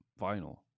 vinyl